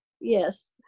yes